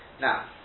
Now